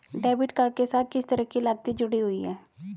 Debit card के साथ किस तरह की लागतें जुड़ी हुई हैं?